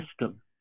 system